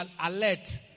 alert